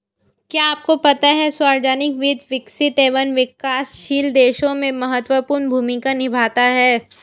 क्या आपको पता है सार्वजनिक वित्त, विकसित एवं विकासशील देशों में महत्वपूर्ण भूमिका निभाता है?